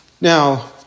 Now